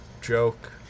joke